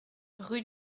rue